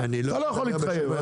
אתה לא יכול להתחייב,